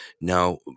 Now